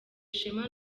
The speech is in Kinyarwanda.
ishema